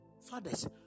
Fathers